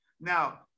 Now